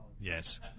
Yes